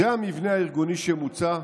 זה המבנה הארגוני שמוצע,